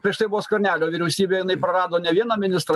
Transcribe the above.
prieš tai buvo skvernelio vyriausybė jinai prarado ne vieną ministrą